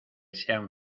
sean